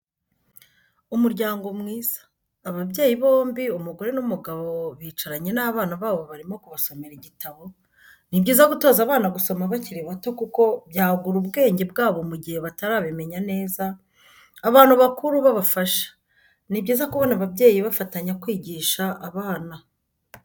Umuryango mwiza ababyeyi bombi umugore n'umugabo bicaranye n'abana babo barimo kubasomera igitabo, ni byiza gutoza abana gusoma bakiri bato kuko byagura ubwenge bwabo mu gihe batarabimenya neza abantu bakuru babafasha, ni byiza kubona ababyeyi bafatanya kwigisha abana.